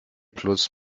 plus